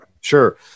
Sure